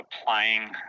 applying